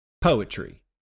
Poetry